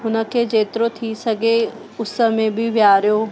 हुन खे जेतिरो थी सघे उस में बि विहारियो